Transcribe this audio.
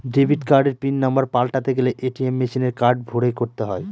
debit কার্ডের pin number পাল্টাতে গেলে এ.টি.এম মেশিনে কার্ড ভোরে করতে হয়